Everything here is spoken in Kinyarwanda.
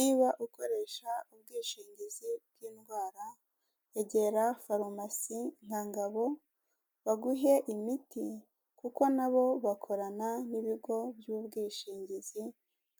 Niba ukoresha ubwishingizi bw'indwara, egera farumasi nka ngabo baguhe imiti kuko nabo bakorana n'ibigo by'ubwishingizi